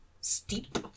steep